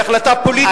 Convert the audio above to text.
היא החלטה פוליטית.